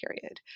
period